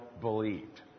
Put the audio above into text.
believed